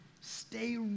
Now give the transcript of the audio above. Stay